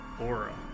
aura